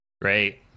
Great